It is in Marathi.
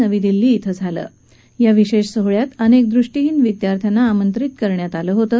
नवी दिल्ली ॐ झालेल्या या विशेष सोहळ्यात अनेक दृष्टीहीन विद्यार्थ्यांना आमंत्रित करण्यात आलं होतं